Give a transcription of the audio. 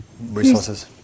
resources